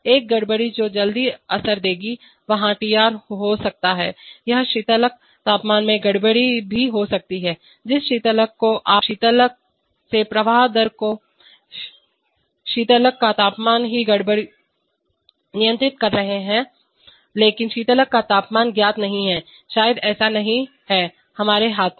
एक गड़बड़ी जो जल्दी असर करेगी वहाँ Tr हो सकता है यह शीतलक तापमान में गड़बड़ी डिस्टर्बेंसभी हो सकती है जिस शीतलक को आप शीतलक के प्रवाह दर को नियंत्रित कर रहे हैं लेकिन शीतलक का तापमान ज्ञात नहीं है शायद ऐसा नहीं है हमारे हाथ में